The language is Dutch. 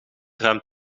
ruimt